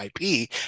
IP